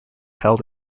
held